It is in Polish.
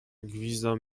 gwizdał